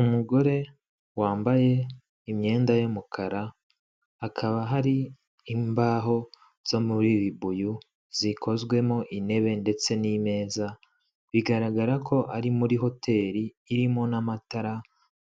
Umugore wambaye imyenda y'umukara, hakaba hari imbaho zo muri ribuyu zikozwemo, intebe ndetse n'ameza bigaragara ko ari muri hoteri irimo n'amatara